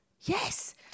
Yes